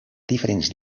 diferents